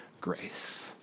grace